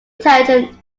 intelligent